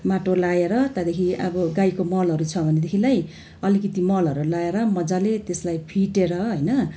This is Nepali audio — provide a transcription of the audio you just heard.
माटो लगाएर अब त्यहाँदेखि गाईको मलहरू छ भनेदेखिलाई अलिकति मलहरू लगाएर मजाले त्यसलाई फिटेर होइन